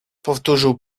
powtórzył